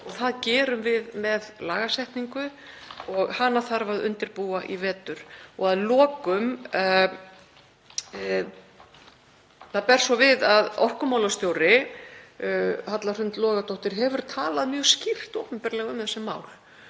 . Það gerum við með lagasetningu og hana þarf að undirbúa í vetur. Að lokum: Það ber svo við að orkumálastjóri, Halla Hrund Logadóttir, hefur talað mjög skýrt opinberlega um þessi mál.